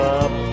up